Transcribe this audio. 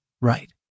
right